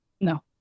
no